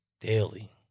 daily